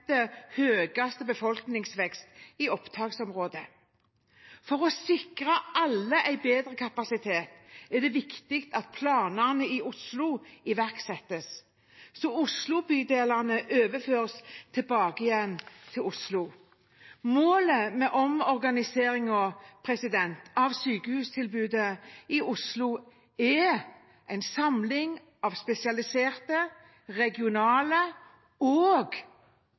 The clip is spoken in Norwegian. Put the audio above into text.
i opptaksområdet. For å sikre alle en bedre kapasitet er det viktig at planene i Oslo iverksettes, så Oslo-bydelene overføres til Oslo igjen. Målet med omorganiseringen av sykehustilbudet i Oslo er en samling av spesialiserte, regionale og